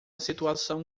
situação